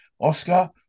Oscar